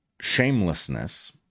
shamelessness